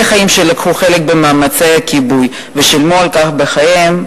חיים שלקחו חלק במאמצי הכיבוי ושילמו על כך בחייהם.